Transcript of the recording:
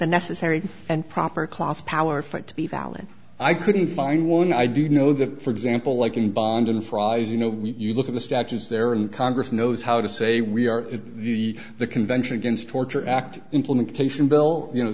necessary and proper class power flight to be valid i couldn't find one i do know that for example i can bond in frys you know you look at the statutes there in the congress knows how to say we are the the convention against torture act implementation bill you know